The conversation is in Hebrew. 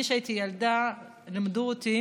אני, כשהייתי ילדה, לימדו אותי